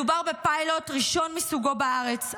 מדובר בפיילוט ראשון מסוגו בארץ,